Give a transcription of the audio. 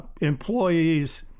employees